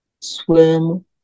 swim